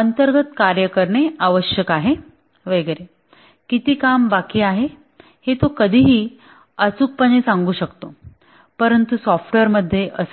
अंतर्गत कार्य करणे आवश्यक आहे वगैरे किती काम बाकी आहे हे तो कधीही अचूकपणे सांगू शकतो परंतु सॉफ्टवेअर मध्ये असे नाही